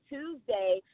Tuesday